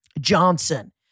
Johnson